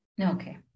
Okay